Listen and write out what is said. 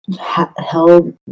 held